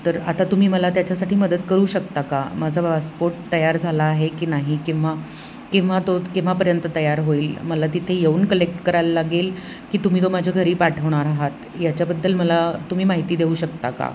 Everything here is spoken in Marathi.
तर आता तुम्ही मला त्याच्यासाठी मदत करू शकता का माझा पासपोर्ट तयार झाला आहे की नाही किंवा केव्हा तो केव्हापर्यंत तयार होईल मला तिथे येऊन कलेक्ट करायला लागेल की तुम्ही तो माझ्या घरी पाठवणार आहात याच्याबद्दल मला तुम्ही माहिती देऊ शकता का